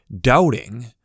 doubting